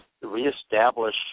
reestablish